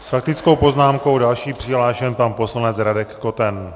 S faktickou poznámkou další přihlášený poslanec Radek Koten.